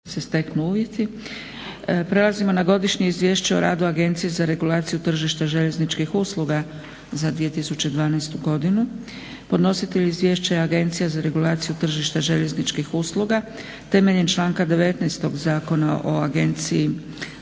Dragica (SDP)** Prelazimo na: - Godišnje izvješće o radu Agencije za regulaciju tržišta željezničkih usluga za 2012.godinu Podnositelj izvješća je Agencija za regulaciju tržišta željezničkih usluga, temeljem članka 19. Zakona o Agenciji